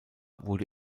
wurde